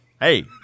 Hey